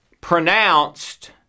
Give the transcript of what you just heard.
pronounced